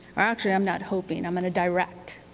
actually, i'm not hoping. i'm going to direct,